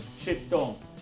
shitstorm